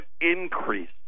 increase